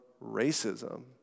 racism